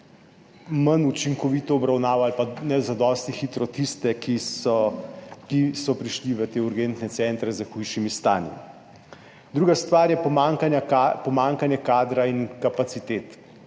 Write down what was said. manj učinkovito obravnava ali pa ne zadosti hitro tiste, ki so, ki so prišli v te urgentne centre s hujšimi stanji. Druga stvar je pomanjkanje, pomanjkanje kadra in kapacitet.